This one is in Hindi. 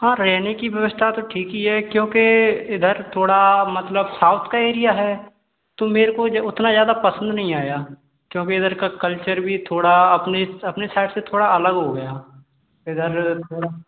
हाँ रहने की व्यवस्था तो ठीक ही है क्योंकि इधर थोड़ा मतलब साउथ का एरिया है तो मेरे को इध उतना ज़्यादा पसंद नहीं आया क्योंकि इधर का कल्चर भी थोड़ा अपने इस अपने साइड से थोड़ा अलग हो गया इधर थोड़ा